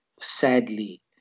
sadly